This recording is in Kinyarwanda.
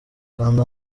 kanda